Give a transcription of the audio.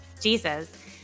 Jesus